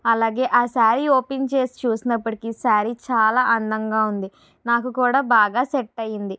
ఆ సారి ఓపెన్ చేసి చూసినప్పటికి సారీ చాలా అందంగా ఉంది నాకు కూడా బాగా సెట్ అయింది